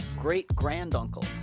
great-granduncle